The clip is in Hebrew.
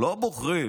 לא בוחרים